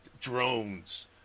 drones